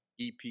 EP